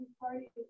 party